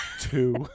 two